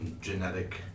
genetic